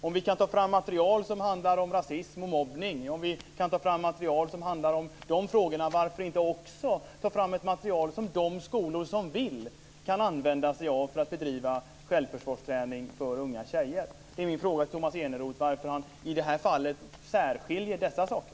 Om vi kan ta fram material som handlar om frågor som rasism och mobbning, varför kan vi då inte också ta fram ett material som de skolor som vill kan använda sig av för att bedriva självförsvarsträning för unga tjejer? Min fråga till Tomas Eneroth är: Varför särskiljer han dessa saker i det här fallet?